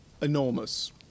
enormous